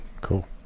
cool